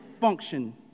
function